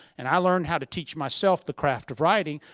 and i learned how to teach myself the craft of writing.